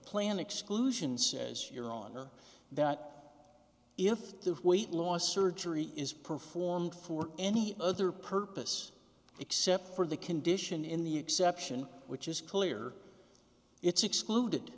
plan exclusions as you're on or that if the weight loss surgery is performed for any other purpose except for the condition in the exception which is clear it's excluded